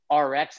RX